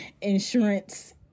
insurance